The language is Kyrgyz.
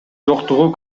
жоктугу